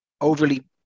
overly